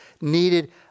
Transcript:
needed